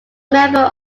member